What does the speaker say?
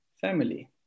family